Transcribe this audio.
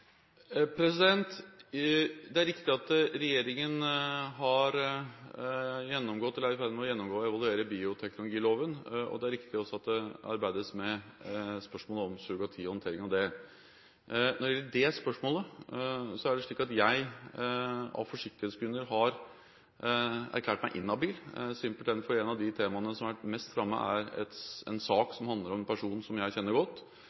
ferd med å gjennomgå og evaluere bioteknologiloven. Det er også riktig at det arbeides med spørsmålet om surrogati og håndtering av det. Når det gjelder det spørsmålet, er det slik at jeg av forsiktighetsgrunner har erklært meg inhabil, simpelthen fordi et av de temaene som har vært mest fremme, gjelder en sak som handler om en person som jeg kjenner godt.